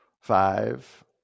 five